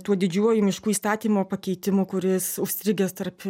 tuo didžiuoju miškų įstatymo pakeitimu kuris užstrigęs tarp